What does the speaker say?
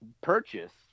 purchase